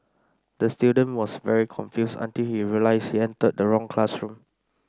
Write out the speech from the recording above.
the student was very confused until he realised he entered the wrong classroom